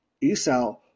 Esau